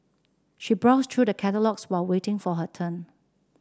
she browsed through the catalogues while waiting for her turn